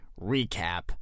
recap